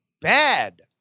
Bad